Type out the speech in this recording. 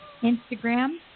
Instagram